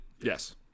yes